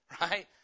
right